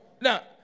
Now